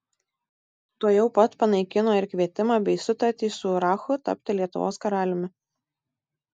tuojau pat panaikino ir kvietimą bei sutartį su urachu tapti lietuvos karaliumi